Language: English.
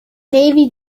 navy